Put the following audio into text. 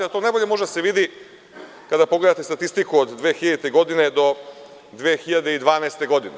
To najbolje može da se vidi kada pogledate statistiku od 2000. godine do 2012. godine.